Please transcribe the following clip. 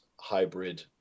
hybrid